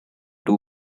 two